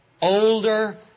older